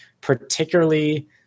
particularly